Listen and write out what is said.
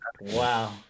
wow